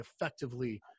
effectively